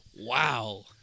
Wow